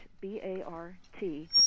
B-A-R-T